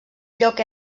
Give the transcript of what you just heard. lloc